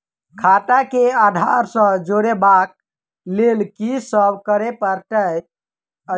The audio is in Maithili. खाता केँ आधार सँ जोड़ेबाक लेल की सब करै पड़तै अछि?